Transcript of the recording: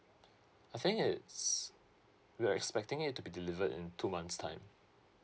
I think it's we're expecting it to be delivered in two months' time